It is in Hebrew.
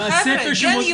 חבר'ה גן יהודי?